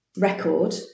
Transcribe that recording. record